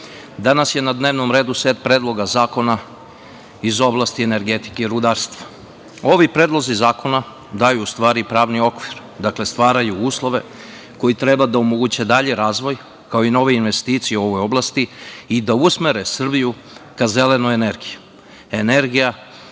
danas je na dnevnom redu set predloga zakona iz oblasti energetike i rudarstva. Ovi predlozi zakona daju u stvari pravni okvir, stvaraju uslove koji treba da omoguće dalji razvoj, kao i nove investicije u ovoj oblasti i da usmere Srbiju ka zelenoj energiji,